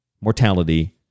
mortality